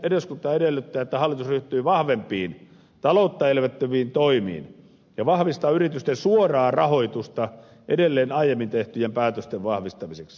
eduskunta edellyttää että hallitus ryhtyy vahvempiin taloutta elvyttäviin toimiin ja vahvistaa yritysten suoraa rahoitusta edelleen aiemmin tehtyjen päätösten vahvistamiseksi